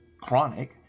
chronic